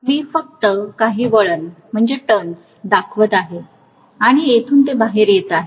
मी फक्त काही वळण दाखवत आहे आणि येथून ते बाहेर येत आहे